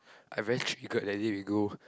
I very triggered that day we go